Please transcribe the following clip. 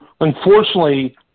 Unfortunately